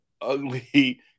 ugly